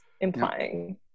implying